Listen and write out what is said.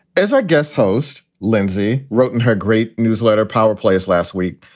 as our guest host lindsey wrote in her great newsletter, powerplays last week.